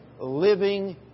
living